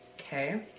Okay